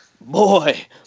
Boy